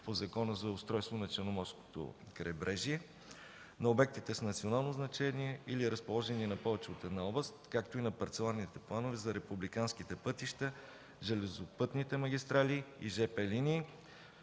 по Закона за устройство на Черноморското крайбрежие, на обектите с национално значение, или разположени на повече от една област, както и на парцеларните планове за републиканските пътища, железопътните магистрали и жп линии